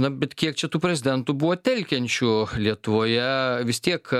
na bet kiek čia tų prezidentų buvo telkiančių lietuvoje vis tiek